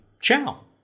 ciao